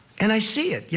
and i see it. yeah